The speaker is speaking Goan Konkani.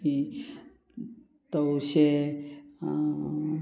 मागीर तवशें